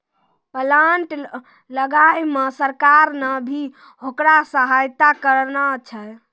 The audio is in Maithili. प्लांट लगाय मॅ सरकार नॅ भी होकरा सहायता करनॅ छै